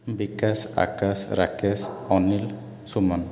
Bikash Akash Rakesh Anil Suman